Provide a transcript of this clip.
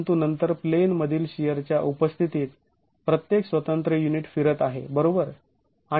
परंतु नंतर प्लेन मधील शिअरच्या उपस्थितीत प्रत्येक स्वतंत्र युनिट फिरत आहे बरोबर